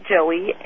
joey